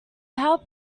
power